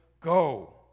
go